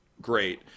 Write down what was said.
great